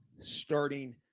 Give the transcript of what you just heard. Starting